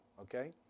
okay